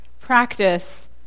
practice